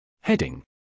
Heading